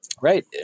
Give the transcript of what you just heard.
right